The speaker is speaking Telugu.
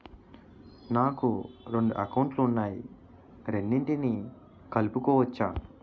నాకు రెండు అకౌంట్ లు ఉన్నాయి రెండిటినీ కలుపుకోవచ్చా?